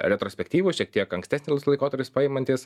retrospektyvūs šiek tiek ankstesnius laikotarius paimantys